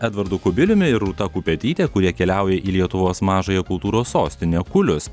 edvardu kubiliumi ir rūta kupetyte kurie keliauja į lietuvos mažąją kultūros sostinę kulius